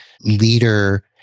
leader